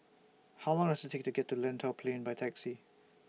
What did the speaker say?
How Long Does IT Take to get to Lentor Plain By Taxi